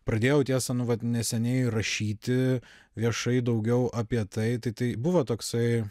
pradėjau tiesa nu vat neseniai rašyti viešai daugiau apie tai tai tai buvo toksai